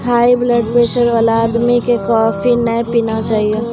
high blood pressure वाला आदमी कॅ कॉफी नय पीना चाहियो